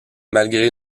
malgré